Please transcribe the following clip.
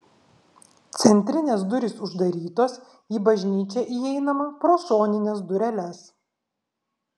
centrinės durys uždarytos į bažnyčią įeinama pro šonines dureles